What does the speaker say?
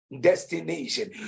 destination